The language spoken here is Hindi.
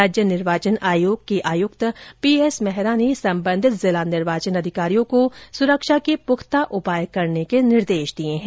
राज्य निर्वाचन आयोग के आयुक्त पीएस मेहरा ने संबंधित जिला निर्वाचन अधिकारियों को सुरक्षा के पुख्ता उपाय करने के निर्देश दिए हैं